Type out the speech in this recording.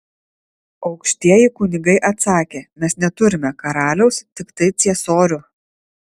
aukštieji kunigai atsakė mes neturime karaliaus tiktai ciesorių